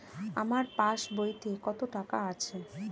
আমার পাস বইতে কত টাকা আছে?